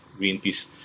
Greenpeace